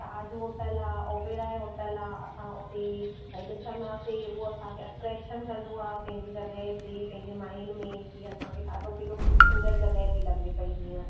ताज hotel आहे Oberoi hotel आहे असां उते भई ॾिसंदासीं उहो असांखे अटरेक्शन कंदो आहे पंहिंजी जॻहि ते पंहिंजे माहिन में की असांखे ॾाढो केॾो ख़ुबसूरत जॻहि थी लॻे पई जीअं